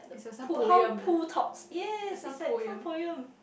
to how Pooh talks yes it's like Pooh poem